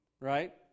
right